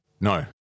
No